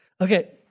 Okay